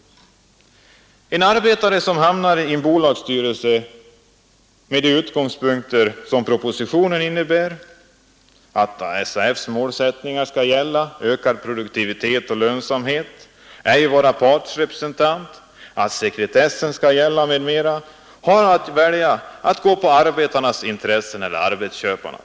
En arbetare som hamnar i en bolagsstyrelse 14 december 1972 med de utgångspunkter som propositionen innebär — att SAF:s målsätt ———- ningar om ökad produktivitet och lönsamhet skall gälla, att han ej skall Styrelserepresentavara partsrepresentant, att sekretessen skall gälla m.m. — har att välja tion för de anmellan att företräda arbetarnas intressen eller arbetsköparnas.